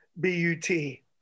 B-U-T